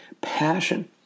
Passion